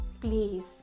Please